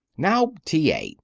now, t. a,